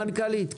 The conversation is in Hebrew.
המנכ"לית,